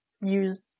use